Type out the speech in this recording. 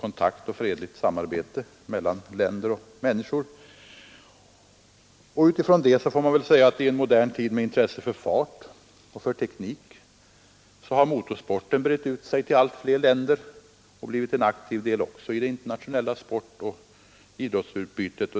kontakt och fredligt samarbete mellan länder och människor, och i en modern tid med intresse för fart och för teknik har motorsporten brett ut sig till allt fler länder och blivit en aktiv del också i det internationella sportoch idrottsutbytet.